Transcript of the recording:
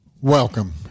Welcome